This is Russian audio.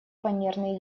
фанерный